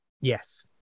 Yes